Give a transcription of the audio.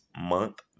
Month